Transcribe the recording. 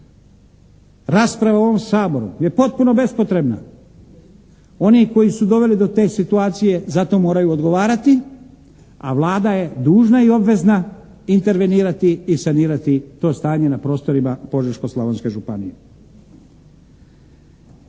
rasprava u ovom Saboru je potpuno bespotrebno. Oni koji su doveli do te situacije zato moraju odgovarati a Vlada je dužna i obvezna intervenirati i sanirati to stanje na prostorima Požeško-slavonske županije.